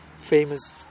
famous